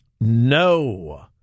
no